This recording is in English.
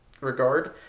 regard